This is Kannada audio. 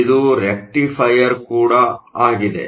ಇದು ರೆಕ್ಟಿಫೈಯರ್ ಕೂಡ ಆಗಿದೆ